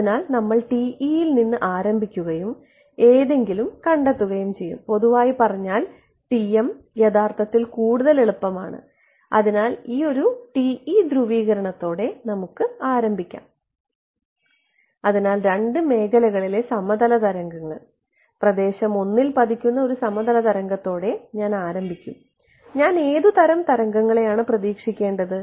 അതിനാൽ നമ്മൾ TE യിൽ നിന്ന് ആരംഭിക്കുകയും എന്തെങ്കിലും കണ്ടെത്തുകയും ചെയ്യും പൊതുവായി പറഞ്ഞാൽ ™ യഥാർത്ഥത്തിൽ കൂടുതൽ എളുപ്പമാണ് അതിനാൽ ഈ ഒരു TE ധ്രുവീകരണത്തോടെ നമുക്ക് ആരംഭിക്കാം അതിനാൽ രണ്ട് മേഖലകളിലെ സമതല തരംഗങ്ങൾ പ്രദേശം 1 ൽ പതിക്കുന്ന ഒരു സമതല തരംഗത്തോടെ ഞാൻ ആരംഭിക്കും ഞാൻ ഏതുതരം തരംഗങ്ങളെ ആണ് പ്രതീക്ഷിക്കേണ്ടത്